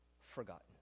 forgotten